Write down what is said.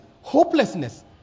hopelessness